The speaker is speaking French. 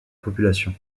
population